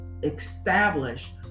establish